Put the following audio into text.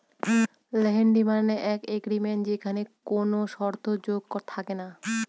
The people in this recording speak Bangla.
হুন্ডি মানে এক এগ্রিমেন্ট যেখানে কোনো শর্ত যোগ থাকে না